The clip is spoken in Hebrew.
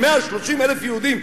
של 130,000 יהודים,